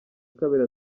kabiri